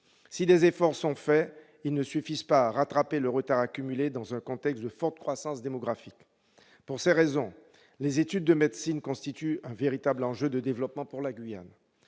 Si des efforts sont faits, ils ne suffisent pas à rattraper le retard accumulé dans un contexte de forte croissance démographique. Pour ces raisons, les études de médecine constituent un véritable enjeu de développement pour la Guyane.